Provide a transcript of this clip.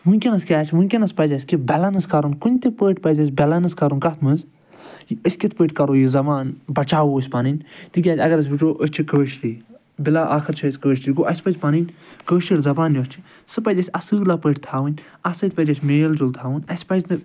ؤنکیٚنَس کیٛاہ چھِ ؤنکیٚنَس پَزِ اَسہِ کہ بٮ۪لَنٕس کَرُن کُنہِ تہِ پٲٹھۍ پَزِ اَسہِ بٮ۪لَنٕس کَرُن کَتھ منٛز أسۍ کِتھ پٲٹھۍ کَرَو یہِ زبان بچاوَو أسۍ پَنٛنٕۍ تِکیٛازِ اَگر أسۍ وُچھَو أسۍ چھِ کٲشِری بِلا ٲخر چھِ أسۍ کٲشِر گوٚو اَسہِ پَزِ پَنٕنۍ کٲشِر زبان یۄس چھِ سُہ پَزِ اَسہِ اصۭلا پٲٹھۍ تھاوٕنۍ اَتھ سۭتۍ پَزِ اَسہِ میل جوٗل تھاوُن اَسہِ پَزِ نہٕ